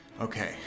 Okay